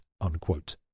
unquote